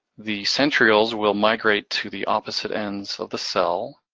the centrioles will migrate to the opposite ends of the cell.